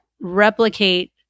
replicate